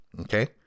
Okay